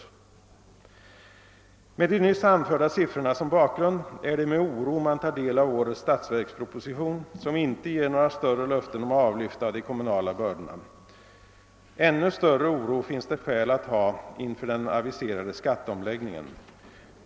Med de nyss anförda siffrorna som bakgrund tar man med oro del av årets statsverksproposition som inte ger några större löften om minskning av de kommunala bördorna. Man har ännu större skäl att hysa oro för den aviserade skatteomläggningen.